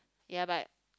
ya but